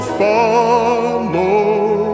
follow